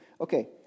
Okay